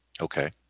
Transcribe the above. Okay